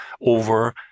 over